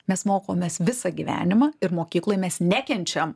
mes mokomės visą gyvenimą ir mokykloj mes nekenčiam